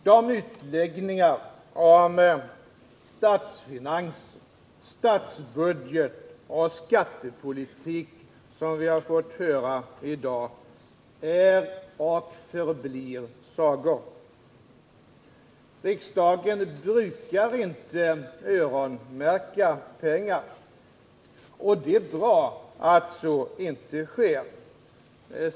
De utläggningar om statsfinanser, statsbudget och skattepolitik som vi har fått höra här i dag är och förblir sagor. Riksdagen brukar inte öronmärka pengar, och det är bra att så inte sker.